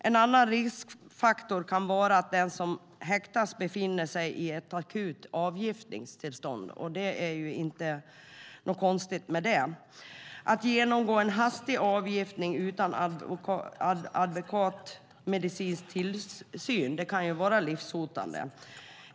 En annan riskfaktor kan vara att den som häktas befinner sig i ett akut avgiftningstillstånd, vilket inte är något konstigt. Att genomgå en hastig avgiftning utan adekvat medicinsk tillsyn kan vara livshotande.